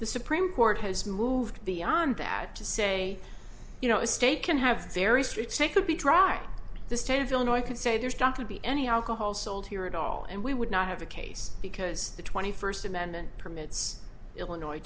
the supreme court has moved beyond that to say you know a state can have very streets they could be driving the state of illinois could say there's got to be any alcohol sold here at all and we would not have a case because the twenty first amendment permits illinois